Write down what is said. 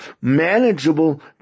manageable